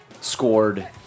scored